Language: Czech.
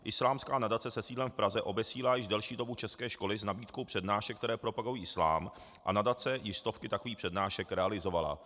Islámská nadace se sídlem v Praze obesílá již delší dobu české školy s nabídkou přednášek, které propagují islám, a nadace již stovky takových přednášek realizovala.